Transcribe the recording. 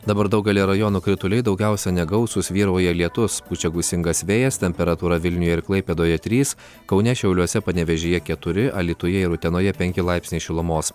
dabar daugelyje rajonų krituliai daugiausia negausūs vyrauja lietus pučia gūsingas vėjas temperatūra vilniuje ir klaipėdoje trys kaune šiauliuose panevėžyje keturi alytuje ir utenoje penki laipsniai šilumos